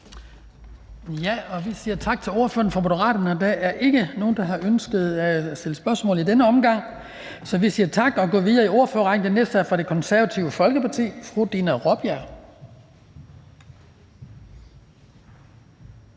tak til ordføreren for Moderaterne. Der er ikke nogen, der har ønsket at stille spørgsmål i denne omgang, så vi siger tak og går videre i ordførerrækken. Den næste er fra Det Konservative Folkeparti, og det er